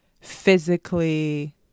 physically